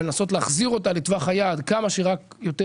לנסות להחזיר אותה לטווח היעד כמה שיותר